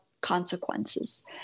consequences